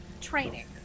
Training